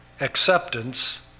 acceptance